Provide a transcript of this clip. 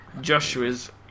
Joshua's